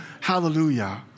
Hallelujah